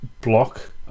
block